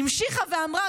היא המשיכה ואמרה,